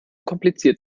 kompliziert